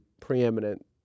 preeminent